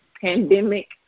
pandemic